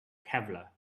kevlar